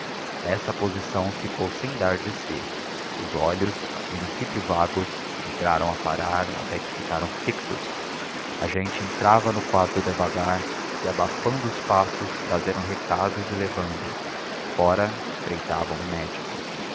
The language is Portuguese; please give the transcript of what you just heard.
nessa posição ficou sem dar de si os olhos a princípio vagos entraram a parar até que ficaram fixos a gente entrava no quarto devagar e abafando os passos trazendo recados e levando os fora espreitavam o médico